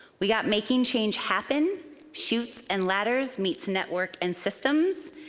we got making change happen chutes and ladders meets network and systems.